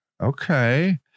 okay